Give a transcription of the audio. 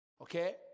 Okay